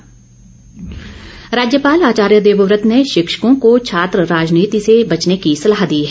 राज्यपाल राज्यपाल आचार्य देवव्रत ने शिक्षकों को छात्र राजनीति से बचने की सलाह दी है